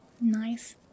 Nice